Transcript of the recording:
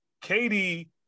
Katie